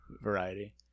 variety